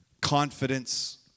confidence